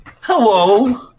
Hello